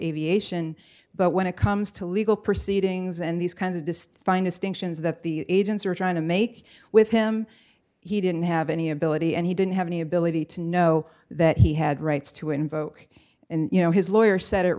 aviation but when it comes to legal proceedings and these kinds of destroying distinctions that the agents are trying to make with him he didn't have any ability and he didn't have any ability to know that he had rights to invoke and you know his lawyer s